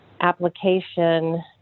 application